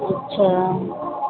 اچھا